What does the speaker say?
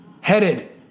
Headed